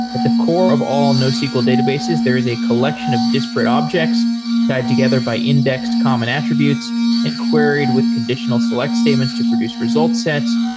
at the core of all no sql databases, there is a collection of disparate objects tied together by index common attributes and queried with conditional select statements to produce result sets.